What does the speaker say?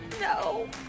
No